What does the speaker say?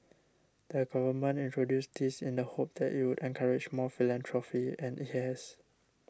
the Government introduced this in the hope that it would encourage more philanthropy and it has